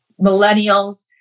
millennials